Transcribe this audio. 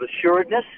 assuredness